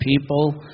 people